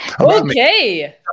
Okay